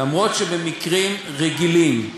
אף שבמקרים רגילים,